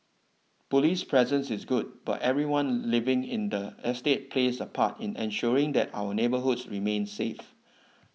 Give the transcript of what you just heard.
police presence is good but everyone living in the estate plays a part in ensuring that our neighbourhoods remain safe